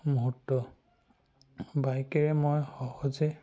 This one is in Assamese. মুহূৰ্ত বাইকেৰে মই সহজে